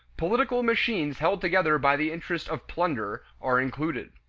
political machines held together by the interest of plunder, are included.